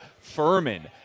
Furman